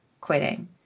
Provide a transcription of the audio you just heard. quitting